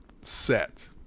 set